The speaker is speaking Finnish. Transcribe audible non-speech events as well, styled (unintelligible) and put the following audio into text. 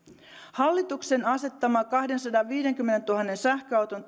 hallituksen asettama kahdensadanviidenkymmenentuhannen sähköauton (unintelligible)